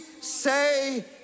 say